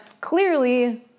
clearly